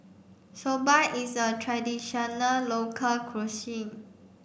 Soba is a traditional local cuisine